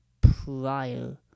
prior